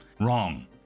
wrong